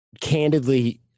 candidly